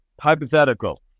hypothetical